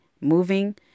moving